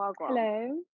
Hello